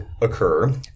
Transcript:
occur